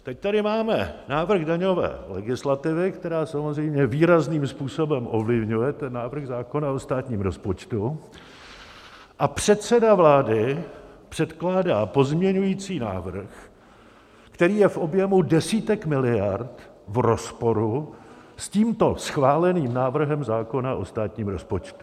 Teď tady máme návrh daňové legislativy, která samozřejmě výrazným způsobem ovlivňuje ten návrh zákona o státním rozpočtu, a předseda vlády předkládá pozměňující návrh, který je v objemu desítek miliard v rozporu s tímto schváleným návrhem zákona o státním rozpočtu.